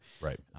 Right